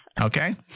Okay